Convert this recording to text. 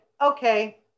okay